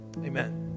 amen